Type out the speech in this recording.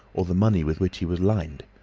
or the money with which he was lined.